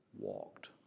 walked